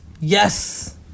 Yes